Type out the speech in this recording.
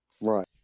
right